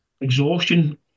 exhaustion